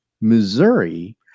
missouri